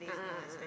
a'ah a'ah